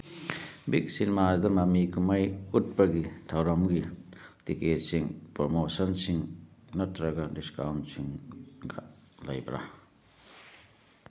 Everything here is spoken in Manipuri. ꯕꯤꯒ ꯁꯤꯅꯤꯃꯥꯗ ꯃꯃꯤ ꯀꯨꯝꯍꯩ ꯎꯠꯄꯒꯤ ꯊꯧꯔꯝꯒꯤ ꯇꯤꯀꯦꯠꯁꯤꯡ ꯄ꯭ꯔꯃꯣꯁꯟꯁꯤꯡ ꯅꯠꯇ꯭ꯔꯒ ꯗꯤꯁꯀꯥꯎꯟꯁꯤꯡꯒ ꯂꯩꯕ꯭ꯔꯥ